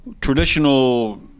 traditional